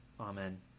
Amen